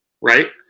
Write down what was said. right